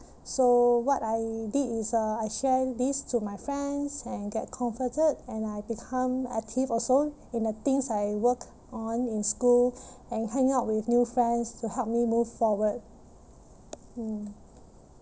so what I did is uh I share this to my friends and get comforted and I become active also in the things I work on in school and hanging out with new friends to help me move forward mm